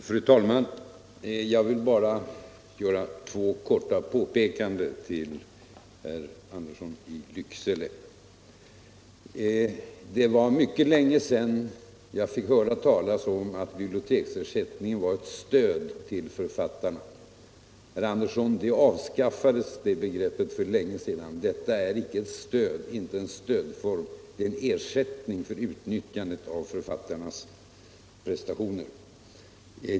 Fru talman! Jag vill bara göra två korta påpekanden för herr Andersson i Lycksele. Det var mycket länge sedan jag fick höra talas om att biblioteksersättningen var ett stöd till författarna. Herr Andersson, det begreppet avskaffades för länge sedan. Det är icke fråga om en stödform. Det är en ersättning för utnyttjandet av författarnas prestationer.